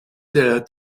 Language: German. der